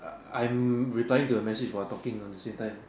I'm replying to a message while talking on the same time